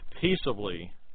peaceably